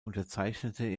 unterzeichnete